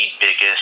biggest